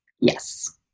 Yes